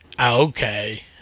Okay